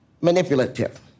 manipulative